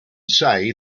say